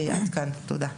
עד כאן, תודה.